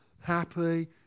happy